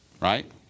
Right